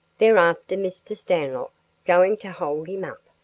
they're after mr. stanlock going to hold him up.